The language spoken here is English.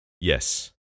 Yes